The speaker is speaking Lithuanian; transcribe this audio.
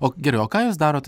o gerai o ką jūs darot